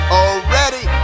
already